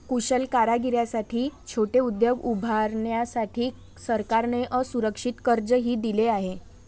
कुशल कारागिरांसाठी छोटे उद्योग उभारण्यासाठी सरकारने असुरक्षित कर्जही दिले आहे